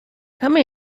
come